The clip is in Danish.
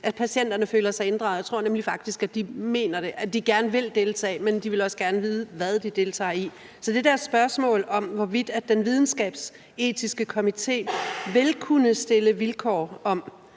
at patienterne føler sig inddraget. Jeg tror faktisk nemlig, at de mener det. De vil gerne deltage, men de vil også gerne vide, hvad de deltager i. Så er der det spørgsmål om, hvorvidt den videnskabsetiske komité vil kunne stille vilkår om,